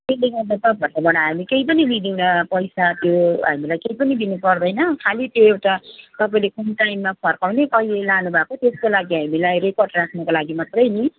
त्यसले गर्दा तपाईँहरूकोबाट हामी केही पनि लिँदैनौँ पैसा त्यो हामीलाई केही पनि दिनुपर्दैन खालि त्यो एउटा तपाईँले कति टाइममा फर्काउने कहिले लानुभएको त्यसको लागि हामीलाई रिपोर्ट राख्नु लागि मात्रै नि